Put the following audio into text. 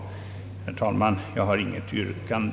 Herr talman! Jag har inget yrkande.